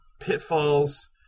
pitfalls